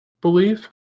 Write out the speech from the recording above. believe